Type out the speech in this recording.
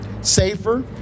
safer